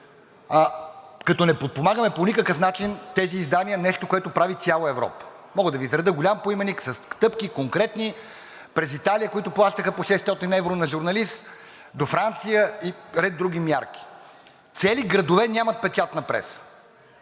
като не подпомагаме по никакъв начин тези издания, нещо което прави цяла Европа. Мога да Ви изредя голям поименник с конкретни стъпки през Италия, които плащаха по 600 евро на журналист, до Франция и ред други мерки. Цели градове нямат печатна преса.